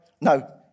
No